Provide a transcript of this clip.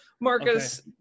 Marcus